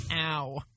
Ow